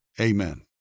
Amen